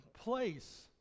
place